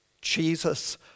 Jesus